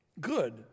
Good